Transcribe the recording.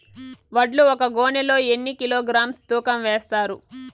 వడ్లు ఒక గోనె లో ఎన్ని కిలోగ్రామ్స్ తూకం వేస్తారు?